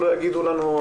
שלא יגידו לנו,